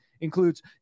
includes